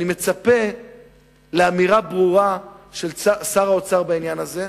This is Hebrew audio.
אני מצפה לאמירה ברורה של שר האוצר בעניין הזה.